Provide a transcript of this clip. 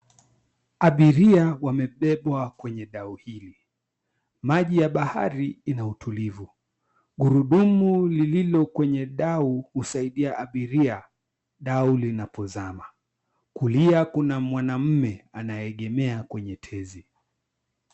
Abiria wamebebwa kwenye dau hili, maji ya bahari ina utulivu. Gurudumu lililo kwenye dau husaidia abiria dau linapozama. Kulia kuna mwanamme anayeegemea kwenye tezi.